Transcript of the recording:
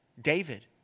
David